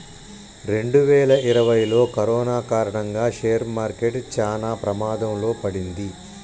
రెండువేల ఇరవైలో కరోనా కారణంగా షేర్ మార్కెట్ చానా ప్రమాదంలో పడింది